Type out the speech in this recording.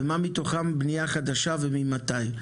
ומה מתוכם בנייה חדשה, וממתי?